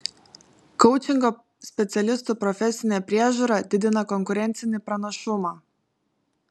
koučingo specialistų profesinė priežiūra didina konkurencinį pranašumą